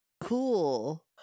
cool